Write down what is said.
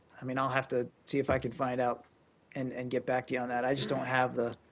i mean, i'll have to see if i can find out and and get back to you on that. i just don't have